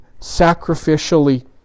sacrificially